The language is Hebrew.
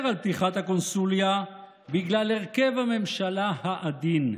על פתיחת הקונסוליה בגלל הרכב הממשלה העדין.